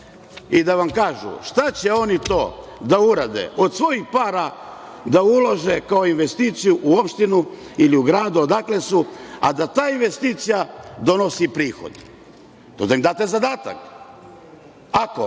i da vam kažu šta će oni to da urade od svojih para, da ulože kao investiciju u opštinu ili u grad odakle su, a da ta investicija donosi prihod. To da im date zadatak. Ako